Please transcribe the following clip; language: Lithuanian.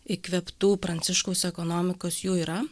įkvėptų pranciškaus ekonomikos jų yra